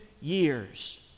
years